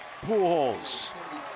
Pujols